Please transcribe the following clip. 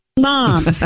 mom